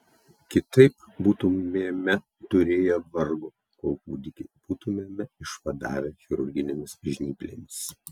kitaip būtumėme turėję vargo kol kūdikį būtumėme išvadavę chirurginėmis žnyplėmis